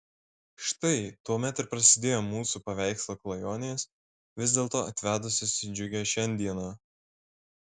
štai tuomet ir prasidėjo mūsų paveikslo klajonės vis dėlto atvedusios į džiugią šiandieną